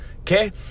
okay